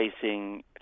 facing